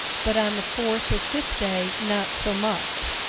but on the fourth or fifth day not so much.